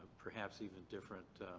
perhaps even different